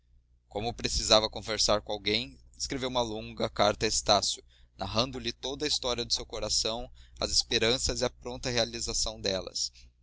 como precisava conversar com alguém escreveu uma longa carta a estácio narrando lhe toda a história do seu coração as esperanças e a pronta realização delas